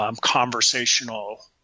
conversational